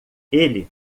ele